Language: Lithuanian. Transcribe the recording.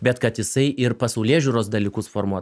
bet kad jisai ir pasaulėžiūros dalykus formuo